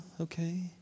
okay